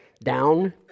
down